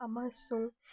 ꯑꯃꯁꯨꯡ